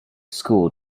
school